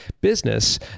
business